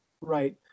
Right